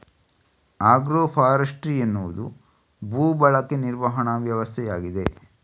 agro forestry ಎನ್ನುವುದು ಭೂ ಬಳಕೆ ನಿರ್ವಹಣಾ ವ್ಯವಸ್ಥೆಯಾಗಿದೆ